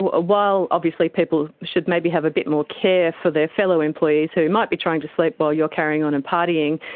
while obviously people should maybe have a bit more care for their fellow employees who might be trying to sleep while you are carrying on and partying,